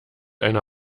einer